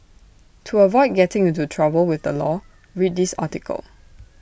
to avoid getting into trouble with the law read this article